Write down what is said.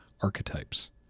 archetypes